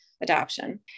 adoption